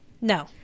No